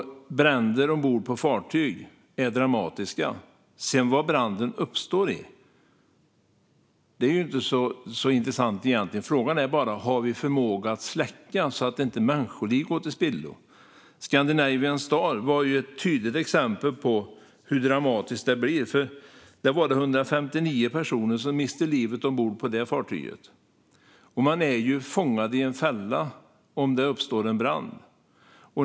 Bränder ombord på fartyg är dramatiska. Hur branden uppstår är egentligen inte så intressant - frågan är om vi har förmåga att släcka branden, så att inte människoliv går till spillo. Scandinavian Star var ju ett tydligt exempel på hur dramatiskt det blir. Det var 159 personer som miste livet ombord på det fartyget. Man är ju fångad i en fälla om det uppstår en brand.